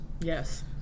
Yes